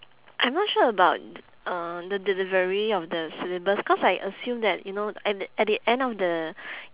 I'm not sure about uh the delivery of the syllabus cause I assume that you know at the at the end of the